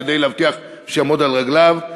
כדי להבטיח שיעמוד על רגליו,